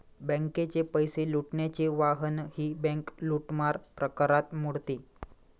बँकेचे पैसे लुटण्याचे वाहनही बँक लूटमार प्रकारात मोडते